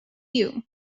you